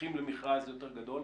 הולכים למכרז יותר גדול.